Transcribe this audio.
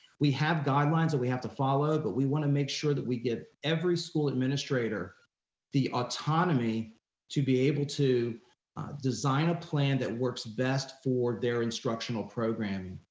we have guidelines that we have to follow, but we wanna make sure that we give every school administrator the autonomy to be able to design a plan that works best for their instructional programming,